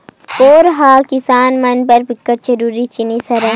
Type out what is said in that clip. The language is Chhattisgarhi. बोरा ह किसान मन बर बिकट जरूरी जिनिस हरय